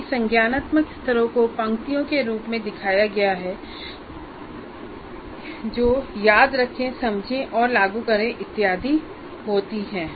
सभी संज्ञानात्मक स्तरों को पंक्तियों के रूप में दिखाया जाता है जो याद रखें समझें लागू करें इत्यादि होती हैं